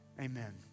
Amen